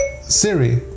Siri